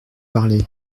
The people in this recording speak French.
parlez